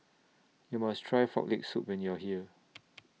YOU must Try Frog Leg Soup when YOU Are here